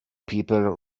people